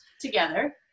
together